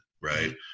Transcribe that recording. right